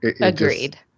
agreed